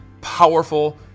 powerful